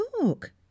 Talk